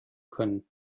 können